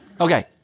Okay